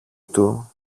του